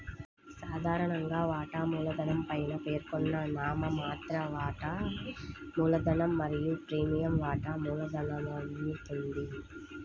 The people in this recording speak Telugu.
సాధారణంగా, వాటా మూలధనం పైన పేర్కొన్న నామమాత్ర వాటా మూలధనం మరియు ప్రీమియం వాటా మూలధనమవుతుంది